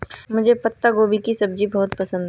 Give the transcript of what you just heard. मुझे पत्ता गोभी की सब्जी बहुत पसंद है